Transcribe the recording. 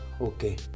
okay